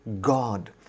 God